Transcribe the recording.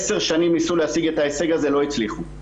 עשר שנים ניסו להשיג את ההישג הזה, ולא הצליחו.